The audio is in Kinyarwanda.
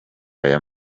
aya